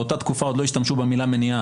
באותה תקופה עוד לא השתמשו במילה מניעה,